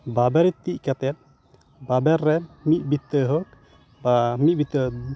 ᱵᱟᱵᱮᱨ ᱛᱤᱡ ᱠᱟᱛᱮᱫ ᱵᱟᱵᱮᱨ ᱨᱮ ᱢᱤᱫ ᱵᱤᱛᱟᱹ ᱦᱳᱠ ᱵᱟ ᱢᱤᱫ ᱵᱤᱛᱟᱹ